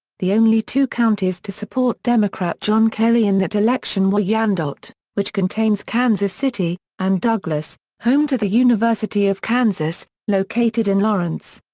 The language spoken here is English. the only two counties to support democrat john kerry in that election were yeah wyandotte, which contains kansas city, and douglas, home to the university of kansas, located in lawrence.